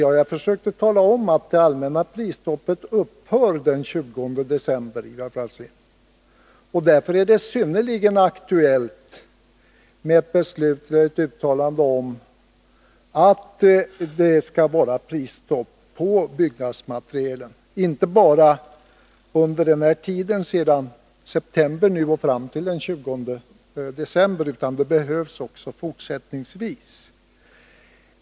Men jag försökte tala om att det allmänna prisstoppet upphör den 20 december, Ivar Franzén. Därför är det synnerligt aktuellt med ett uttalande om prisstopp på byggnadsmaterial — som skall gälla inte bara under tiden fram till den 20 december utan också fortsättningsvis.